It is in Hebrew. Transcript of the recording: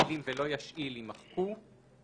המילים "ולא ישאיל" יימחקו,